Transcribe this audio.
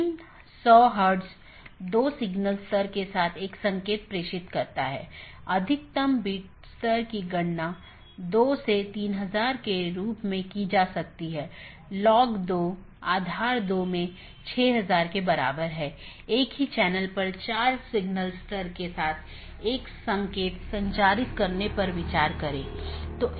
इसलिए पथ का वर्णन करने और उसका मूल्यांकन करने के लिए कई पथ विशेषताओं का उपयोग किया जाता है और राउटिंग कि जानकारी तथा पथ विशेषताएं साथियों के साथ आदान प्रदान करते हैं इसलिए जब कोई BGP राउटर किसी मार्ग की सलाह देता है तो वह मार्ग विशेषताओं को किसी सहकर्मी को विज्ञापन देने से पहले संशोधित करता है